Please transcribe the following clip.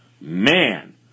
man